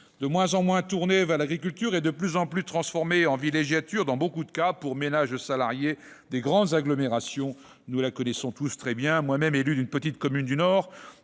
de moins en moins tournée vers l'agriculture et de plus en plus transformée en villégiature pour ménages de salariés des grandes agglomérations, nous la connaissons tous très bien. Je suis moi-même élu d'une petite commune du Nord,